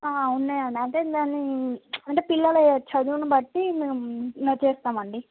హ ఆదేగాని అంటే పిల్లల చదువుని బట్టి మేమ్ మేం చేస్తాం అండీ